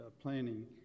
planning